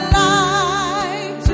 life